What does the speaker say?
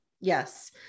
Yes